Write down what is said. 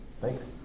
Thanks